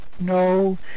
no